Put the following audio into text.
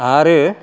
आरो